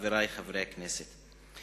חברי חברי הכנסת,